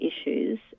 issues